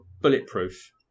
Bulletproof